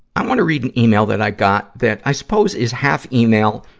i wanna read an email that i got that i suppose is half email,